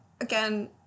again